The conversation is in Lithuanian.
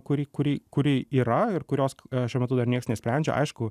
kuri kurį kuri yra ir kurios šiuo metu dar niekas nesprendžia aišku